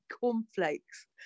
cornflakes